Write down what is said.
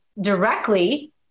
directly